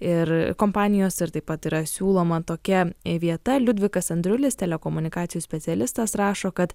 ir kompanijos ir taip pat yra siūloma tokia vieta liudvikas andriulis telekomunikacijų specialistas rašo kad